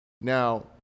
now